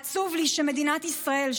עצוב לי שמדינת ישראל,